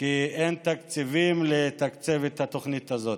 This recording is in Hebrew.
כי אין תקציבים לתקצב את התוכנית הזאת.